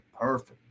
Perfect